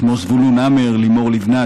כמו זבולון המר ולימור לבנת,